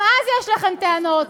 גם אז יש לכם טענות.